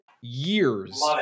years